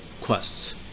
quests